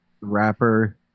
rapper